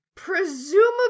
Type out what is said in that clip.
presumably